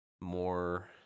more –